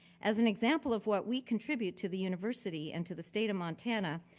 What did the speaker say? as an example of what we contribute to the university and to the state of montana,